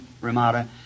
Ramada